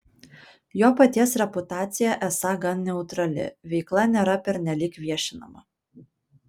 jo paties reputacija esą gan neutrali veikla nėra pernelyg viešinama